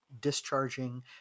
discharging